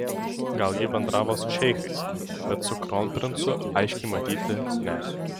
gal ji bendravo su šeichais bet su kronprincu aiškiai matyti ne